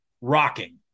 rocking